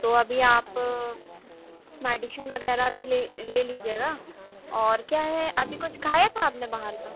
तो अभी आप मेडिशन वगैरह भी ले ले लीजिएगा और क्या है अभी कुछ खाया था आपने बाहर का